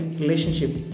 relationship